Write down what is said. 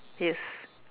yes